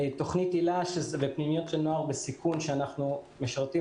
תוכנית הילה שמיועדת לפנימיות של נוער בסיכון שאנחנו משרתים